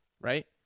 right